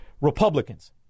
Republicans